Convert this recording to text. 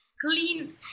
clean